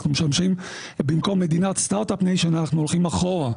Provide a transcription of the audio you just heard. אנחנו משמשים במקום מדינת סטרט-אפ ניישן אנחנו הולכים אחורה.